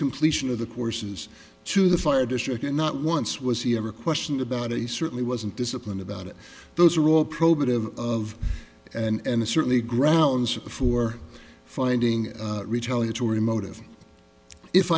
completion of the courses to the fire district and not once was he ever questioned about it he certainly wasn't disciplined about it those are all probative of and certainly grounds for finding retaliatory motive if